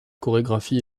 chorégraphie